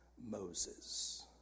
Moses